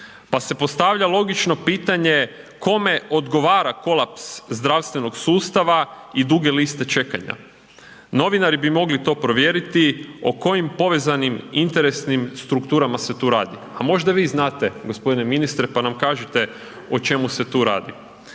pa se postavlja logično pitanje kome odgovara kolaps zdravstvenog sustava i duge liste čekanja? Novinari bi mogli to provjeriti o kojim povezanim interesnim strukturama se tu radi, a možda vi znate g. ministre, pa nam kažite o čemu se tu radi?